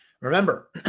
Remember